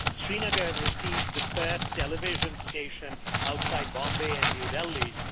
srinagar received the first television station outside bombay and new delhi.